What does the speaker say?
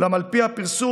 אולם על פי הפרסום,